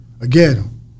again